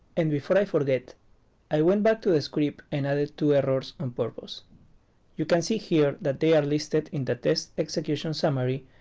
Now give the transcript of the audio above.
and before i forget i went back to the scrip and added two errors on purpose you can see here that they are listed in the test execution summary.